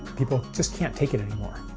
people just can't take it anymore.